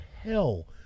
hell